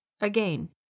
Again